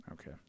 Okay